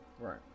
Right